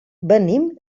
venim